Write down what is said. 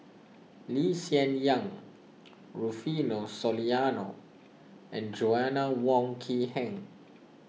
Lee Hsien Yang Rufino Soliano and Joanna Wong Quee Heng